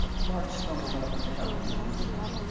bart stumbled out of the cabin with relief.